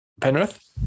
Penrith